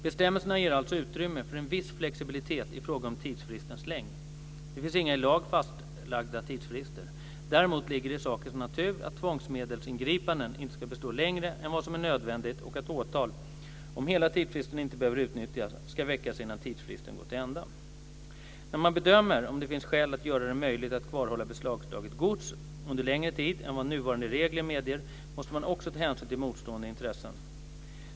Bestämmelserna ger alltså utrymme för en viss flexibilitet i fråga om tidsfristens längd. Det finns inga i lag fastlagda tidsfrister. Däremot ligger det i sakens natur att tvångsmedelsingripanden inte ska bestå längre än vad som är nödvändigt och att åtal, om hela tidsfristen inte behöver utnyttjas, ska väckas innan tidsfristen gått till ända. När man bedömer om det finns skäl att göra det möjligt att kvarhålla beslagtaget gods under längre tid än vad nuvarande regler medger måste man också ta hänsyn till motstående intressen.